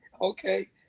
okay